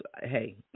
hey